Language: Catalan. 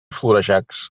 florejacs